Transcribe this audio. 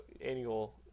annual